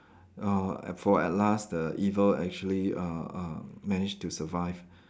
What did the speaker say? uh for at last the evil actually uh uh managed to survive